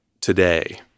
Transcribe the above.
today